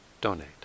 donate